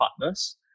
partners